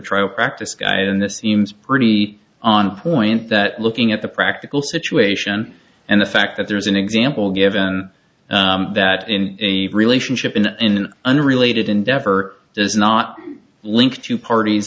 trial practice guide and this seems pretty on point that looking at the practical situation and the fact that there's an example given that in a relationship and in an unrelated endeavor there's not linked to